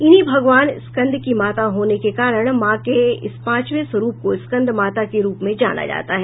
इन्हीं भगवान स्कंट की माता होने के कारण मां के इस पांचवे स्वरूप को स्कंद माता के रूप में जाना जाता है